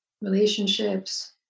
relationships